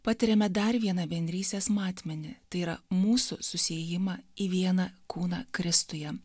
patiriame dar vieną bendrystės matmenį tai yra mūsų susiėjimą į vieną kūną kristuje